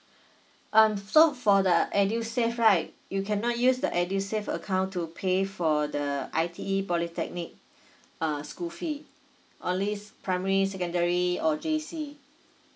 um so for the edusave right you cannot use the edusave account to pay for the I_T_E polytechnic uh school fee only primary secondary or J_C